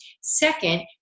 Second